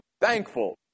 thankful